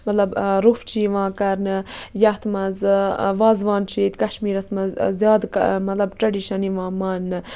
مطلب روف چھُ یِوان کرنہٕ یَتھ منٛز وازوان چھُ ییٚتہِ کَشمیٖرَس منٛز زیادٕ مطلب ٹریڈِشن یِوان ماننہٕ